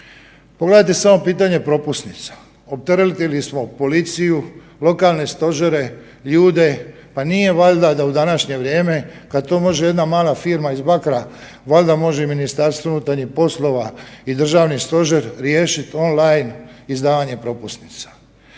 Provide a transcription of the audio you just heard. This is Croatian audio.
Pogledajte samo pitanje propusnice, opteretili smo policiju, lokalne stožere, ljude, pa nije valjda da u današnje vrijeme kad to može jedna mala firma iz Bakra valjda može i MUP i državni stožer riješiti on line izdavanje propusnica.